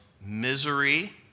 misery